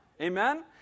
amen